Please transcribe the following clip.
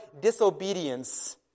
disobedience